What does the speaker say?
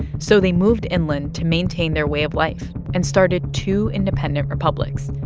so they moved inland to maintain their way of life and started two independent republics,